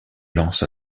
lance